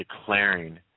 declaring